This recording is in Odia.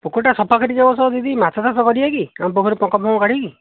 ପୋଖରୀ ଟା ସଫା କରିକି ଏ ବର୍ଷ ଦିଦି ମାଛ ଚାଷ କରିବା କି ଆମ ପୋଖରୀରୁ ପଙ୍କ ଫଙ୍କ କାଢ଼ିକି